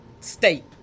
state